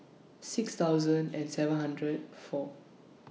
six thousand and seven hundred four